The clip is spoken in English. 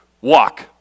walk